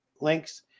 links